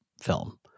film